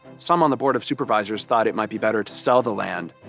some on the board of supervisors thought it might be better to sell the land.